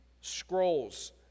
scrolls